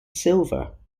silver